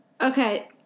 Okay